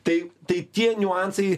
tai tai tie niuansai